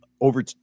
over